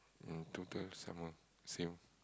mm total someone same